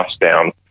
down